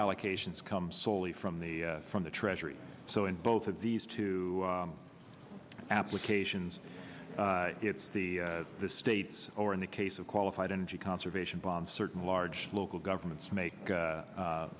allocations come slowly from the from the treasury so in both of these two applications it's the the states or in the case of qualified energy conservation bonds certain large local governments make